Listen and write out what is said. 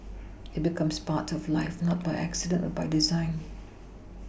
it becomes part of life not by accident but by design